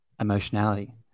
emotionality